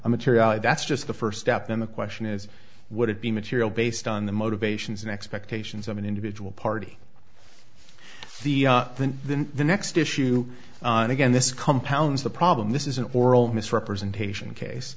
a material that's just the first step in the question is would it be material based on the motivations and expectations of an individual party the the then the next issue and again this compounds the problem this is an oral misrepresentation case